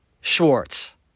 Schwartz